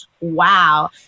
Wow